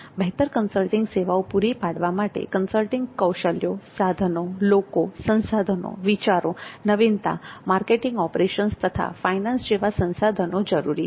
બહેતર કન્સલ્ટિંગ સેવાઓ પૂરી પાડવા માટે કન્સલ્ટિંગ કૌશલ્યો સાધનો લોકો સંસાધનો વિચારો નવીનતા માર્કેટિંગ ઓપરેશન તથા ફાઈનાન્સ જેવા સંસાધનો જરૂરી છે